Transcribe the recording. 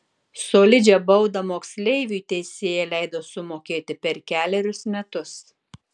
solidžią baudą moksleiviui teisėja leido sumokėti per kelerius metus